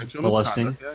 molesting